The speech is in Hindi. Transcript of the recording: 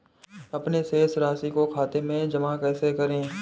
अपने शेष राशि को खाते में जमा कैसे करें?